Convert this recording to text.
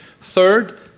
Third